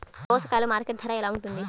దోసకాయలు మార్కెట్ ధర ఎలా ఉంటుంది?